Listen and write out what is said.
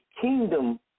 kingdom